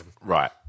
Right